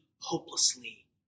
hopelessly